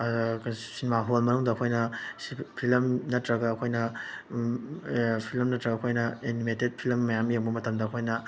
cinema hall ꯃꯅꯨꯡꯗ ꯑꯩꯈꯣꯏꯅ film ꯅꯠꯇ꯭ꯔꯒ ꯑꯩꯈꯣꯏꯅ ꯐꯤꯂꯝ ꯅꯠꯇ꯭ꯔꯒ ꯑꯩꯈꯣꯏꯅ ꯑꯦꯅꯤꯃꯦꯇꯦꯠ ꯐꯤꯂꯝ ꯃꯌꯥꯝ ꯌꯦꯡꯕ ꯃꯇꯝꯗ ꯑꯩꯈꯣꯏꯅ